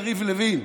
יריב לוין.